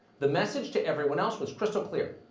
the message to everybody else was crystal clear.